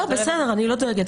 בסדר, אני לא דואגת.